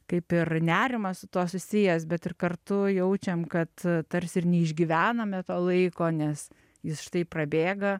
kaip ir nerimas su tuo susijęs bet ir kartu jaučiam kad tarsi ir neišgyvename to laiko nes jis štai prabėga